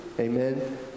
Amen